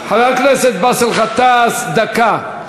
חבר הכנסת באסל גטאס, דקה.